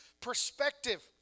perspective